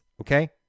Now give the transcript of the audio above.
okay